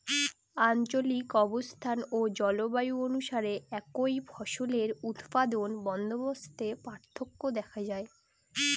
আঞ্চলিক অবস্থান ও জলবায়ু অনুসারে একই ফসলের উৎপাদন বন্দোবস্তে পার্থক্য দেখা যায়